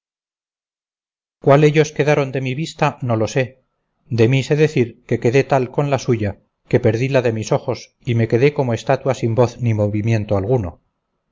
cuál ellos quedaron de mi vista no lo sé de mí sé decir que quedé tal con la suya que perdí la de mis ojos y me quedé como estatua sin voz ni movimiento alguno